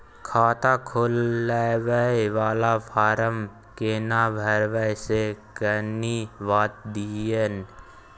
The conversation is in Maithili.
खाता खोलैबय वाला फारम केना भरबै से कनी बात दिय न?